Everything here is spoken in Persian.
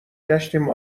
گشتیم